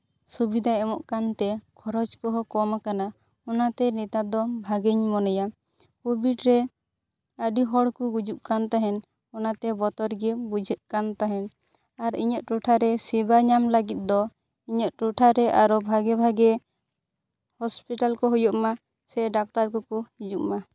ᱥᱩᱵᱤᱫᱷᱟᱭ ᱮᱢᱚᱜ ᱠᱟᱱ ᱛᱮ ᱠᱷᱚᱨᱚᱪ ᱠᱚᱦᱚᱸ ᱠᱚᱢ ᱠᱟᱱᱟ ᱚᱱᱟᱛᱮ ᱱᱮᱛᱟᱨ ᱫᱚ ᱵᱷᱟᱜᱮᱧ ᱢᱚᱱᱮᱭᱟ ᱠᱳᱵᱷᱤᱰ ᱨᱮ ᱟᱹᱰᱤ ᱦᱚᱲ ᱠᱚ ᱜᱩᱡᱩᱜ ᱠᱟᱱ ᱛᱟᱦᱮᱱ ᱚᱱᱟᱛᱮ ᱵᱚᱛᱚᱨ ᱜᱮ ᱵᱩᱡᱷᱟᱹᱜ ᱠᱟᱱ ᱛᱟᱦᱮᱱ ᱟᱨ ᱤᱧᱟᱹᱜ ᱴᱚᱴᱷᱟᱨᱮ ᱥᱮᱵᱟ ᱧᱟᱢ ᱞᱟᱹᱜᱤᱫ ᱫᱚ ᱤᱧᱟᱹᱜ ᱴᱚᱴᱷᱟᱨᱮ ᱟᱨᱚ ᱵᱷᱟᱜᱮ ᱵᱷᱟᱜᱮ ᱦᱚᱥᱯᱤᱴᱟᱞ ᱠᱚ ᱦᱩᱭᱩᱜ ᱢᱟ ᱥᱮ ᱰᱟᱠᱛᱟᱨ ᱠᱚᱠᱚ ᱦᱤᱡᱩᱜ ᱢᱟ